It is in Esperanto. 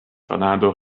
fernando